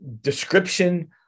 description